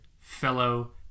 fellow